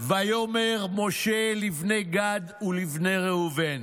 "ויאמר משה לבני גד ולבני ראובן